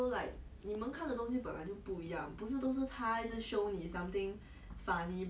okay lah it's like half of the things he show me I don't find it funny but the other half it's fine